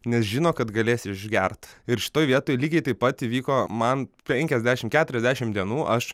nes žino kad galės išgert ir šitoj vietoj lygiai taip pat įvyko man penkiasdešimt keturiasdešimt dienų aš